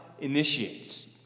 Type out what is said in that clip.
initiates